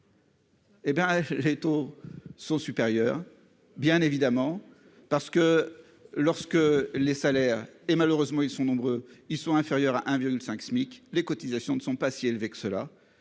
Hé ben les taux sont supérieurs. Bien évidemment, parce que lorsque les salaires et malheureusement ils sont nombreux, ils sont inférieurs à un viol de 5 SMIC les cotisations ne sont pas si élevé que cela.